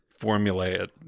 formulate